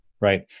right